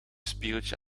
spiegeltje